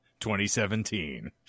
2017